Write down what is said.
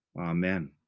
Amen